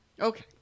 Okay